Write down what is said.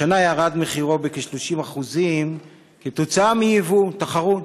השנה ירד מחירו בכ-30% כתוצאה מיבוא, תחרות.